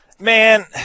Man